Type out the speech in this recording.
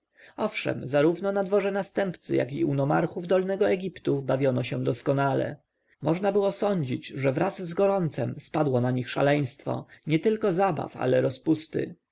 owszem zarówno na dworze następcy jak i u nomarchów dolnego egiptu bawiono się doskonale można było sądzić że wraz z gorącem spadło na nich szaleństwo nietylko zabaw ale rozpusty